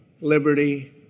liberty